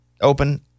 open